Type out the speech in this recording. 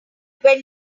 when